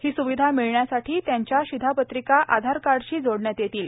ही सुविधा मिळण्यासाठी त्यांच्या शिधापत्रिका आधारकार्डशी जोडण्यात येतील